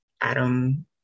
Adam